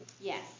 Yes